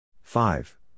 five